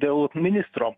dėl ministro